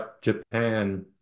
Japan